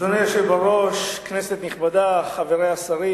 אדוני היושב בראש, כנסת נכבדה, חברי השרים,